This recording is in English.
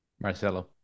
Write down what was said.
Marcelo